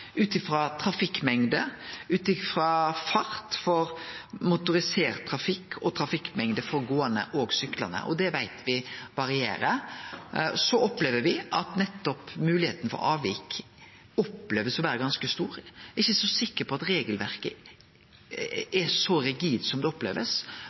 ut frå trafikkmengde, ut frå fart for motorisert trafikk og trafikkmengde for gåande og syklande. Det veit me varierer. Så opplever me at nettopp moglegheita for avvik blir opplevd å vere ganske stor. Eg er ikkje så sikker på at regelverket